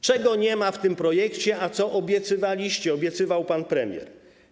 Czego nie ma w tym projekcie, a co obiecywaliście, obiecywał pan premier?